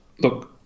look